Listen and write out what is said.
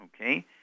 okay